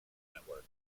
network